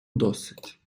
досить